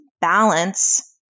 balance